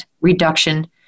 reduction